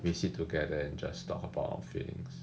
we sit together and just talk about our feelings